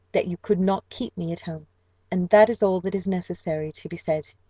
that you could not keep me at home and that is all that is necessary to be said.